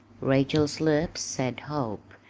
rachel's lips said hope,